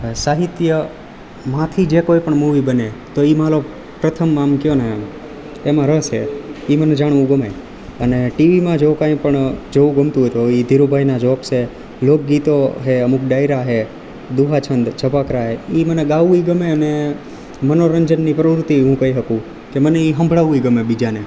સાહિત્યમાંથી જે કોઈ પણ મૂવી બને તો એ મારો પ્રથમ આમ કહો ને એમાં રસ છે એ મને જાણવું ગમે અને ટીવીમાં જો કંઈ પણ જોવું ગમતું હોય તો એ ધીરુભાઈના જોક છે લોકગીતો છે અમુક ડાયરા છે દોહા છંદ છપાખરા એ મને ગાવું ય ગમે અને મનોરંજનની પ્રવૃત્તિ ય હું કહી શકું મને એ સંભળાવવું ય ગમે બીજાને